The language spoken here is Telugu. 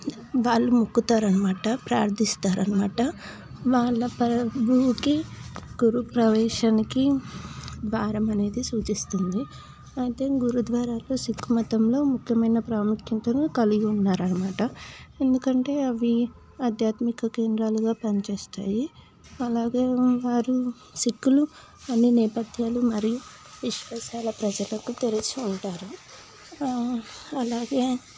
వాళ్లు మొక్కుతారన్నమాట ప్రార్థిస్తారు అనమాట వాళ్ల గురు ప్రవేశానికి ద్వారమనేది సూచిస్తుంది అయితే గురుద్వారాలు సిక్కు మతంలో ముఖ్యమైన ప్రాముఖ్యతలు కలిగి ఉన్నారు అనమాట ఎందుకంటే అవి ఆధ్యాత్మిక కేంద్రాలుగా పనిచేస్తాయి అలాగే గురువుగారు సిక్కులు అన్ని నేపథ్యాలు మరియు విశ్వాసాల ప్రజలకు తెరిచి ఉంటారు అలాగే